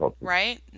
Right